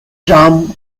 tram